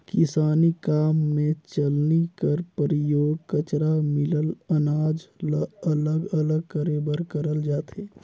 किसानी काम मे चलनी कर परियोग कचरा मिलल अनाज ल अलग अलग करे बर करल जाथे